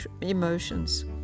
emotions